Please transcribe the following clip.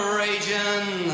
raging